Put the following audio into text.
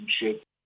relationship